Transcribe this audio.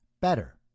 better